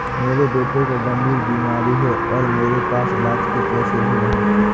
मेरे बेटे को गंभीर बीमारी है और मेरे पास इलाज के पैसे भी नहीं